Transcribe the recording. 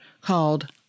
called